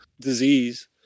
disease